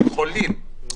לשנות.